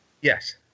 Yes